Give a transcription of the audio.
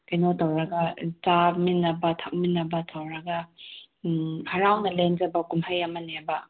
ꯀꯩꯅꯣ ꯇꯧꯔꯒ ꯆꯥꯃꯤꯟꯅꯕ ꯊꯛꯃꯤꯟꯅꯕ ꯇꯧꯔꯒ ꯍꯔꯥꯎꯅ ꯂꯦꯟꯖꯕ ꯀꯨꯝꯍꯩ ꯑꯃꯅꯦꯕ